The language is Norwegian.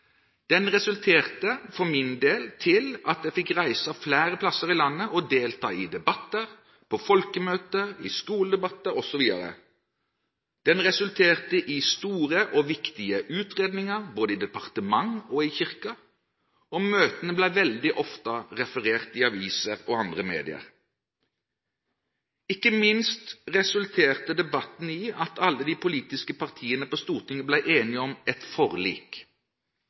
resulterte for min del i at jeg fikk reise til flere steder i landet og delta i debatter, på folkemøter, i skoledebatter osv. Den resulterte i store og viktige utredninger, både i departementet og i Kirken, og møtene ble veldig ofte referert i aviser og andre medier. Ikke minst resulterte debatten i at alle de politiske partiene på Stortinget ble enige om et forlik.